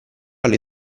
alle